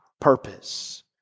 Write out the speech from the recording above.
purpose